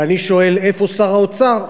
ואני שואל איפה שר האוצר.